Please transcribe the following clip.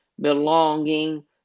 belonging